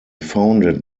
founded